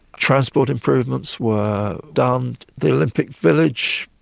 transport improvements were done. the olympic village,